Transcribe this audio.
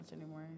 anymore